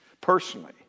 personally